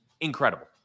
incredible